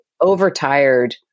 overtired